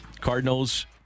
Cardinals